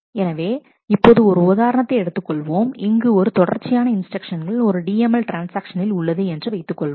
எனவே இப்போது ஒரு உதாரணத்தை எடுத்துக் கொள்வோம் இங்கு ஒரு தொடர்ச்சியான இன்ஸ்டிரக்ஷன்கள் ஒரு DML ட்ரான்ஸ்ஆக்ஷனில் உள்ளது என்று வைத்துக் கொள்வோம்